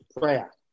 prayer